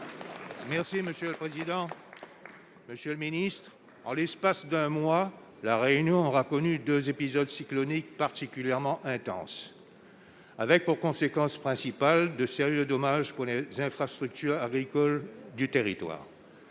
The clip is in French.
Merci monsieur le président, Monsieur le Ministre, en l'espace d'un mois la réunion aura connu 2 épisodes cycloniques particulièrement intense, avec pour conséquence principale de sérieux dommages pour les infrastructures agricoles du territoire